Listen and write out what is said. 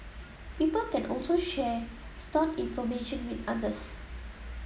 people can also share stored information with others